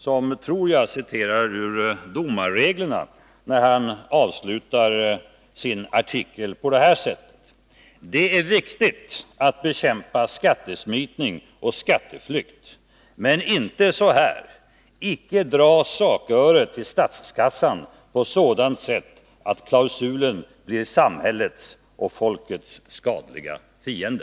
Jag tror att han i sin tur i slutet av sin artikel citerar ur domarreglerna: Det är viktigt att bekämpa skattesmitning och skatteflykt — men inte så här, icke dra saköret till statskassan på sådant sätt att klausulen blir samhällets och folkets skadliga fiende.